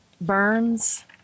burns